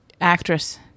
actress